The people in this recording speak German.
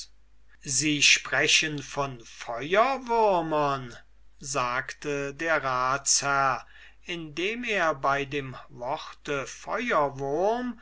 sie sprechen von feuerwürmern sagte der ratsherr indem er bei dem worte